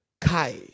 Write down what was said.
Kai